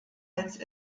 als